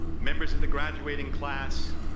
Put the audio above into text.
members of the graduating class,